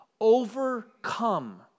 overcome